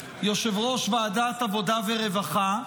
יושב-ראש ועדת העבודה והרווחה,